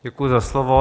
Děkuji za slovo.